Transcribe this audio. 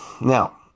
Now